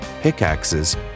pickaxes